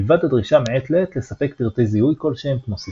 מלבד הדרישה מעת לעת לספק פרטי זיהוי כלשהם כמו סיסמה,